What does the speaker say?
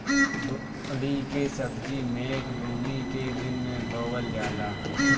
बोड़ी के सब्जी मेघ बूनी के दिन में बोअल जाला